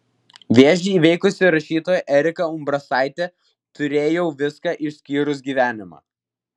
vėžį įveikusi rašytoja erika umbrasaitė turėjau viską išskyrus gyvenimą